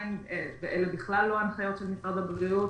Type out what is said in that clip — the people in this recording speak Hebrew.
אלה בכלל לא הנחיות של משרד הבריאות,